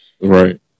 Right